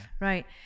right